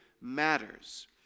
matters